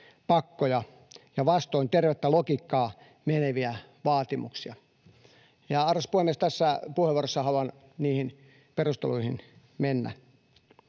pakkoja ja vastoin tervettä logiikkaa meneviä vaatimuksia. Ja arvoisa puhemies, tässä puheenvuorossa haluan niihin perusteluihin mennä.